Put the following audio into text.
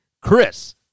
Chris